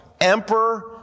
emperor